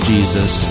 Jesus